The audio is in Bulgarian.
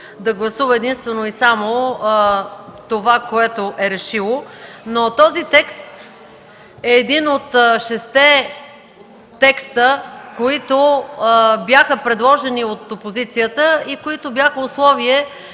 да гласува единствено и само това, което е решило, но този текст е един от шестте текста, които бяха предложени от опозицията и бяха условие